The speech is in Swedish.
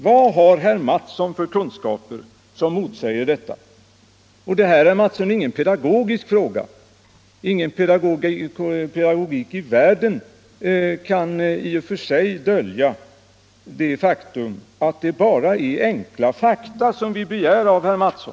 Vad har herr Mattsson för kunskaper som motsäger det? Detta är inte någon pedagogisk fråga, herr Mattsson. Ingen pedagogik i världen kan i och för sig dölja att det bara är enkla fakta vi begär av herr Mattsson.